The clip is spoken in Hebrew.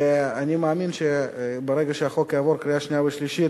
אני מאמין שברגע שהחוק יעבור בקריאה שנייה ושלישית